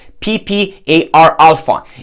PPAR-alpha